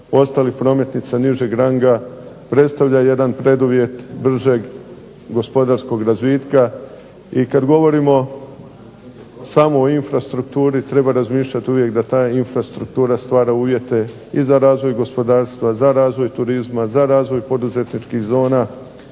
ostalih prometnica nižeg ranga predstavlja jedan preduvjet bržeg gospodarskog razvitka i kad govorimo samo o infrastrukturi treba razmišljati uvijek da ta infrastruktura stvara uvjete i za razvoj gospodarstva, za razvoj turizma, za razvoj poduzetničkih zona,